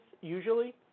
usually